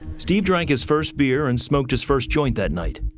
steve drank his first beer and smoked his first joint that night.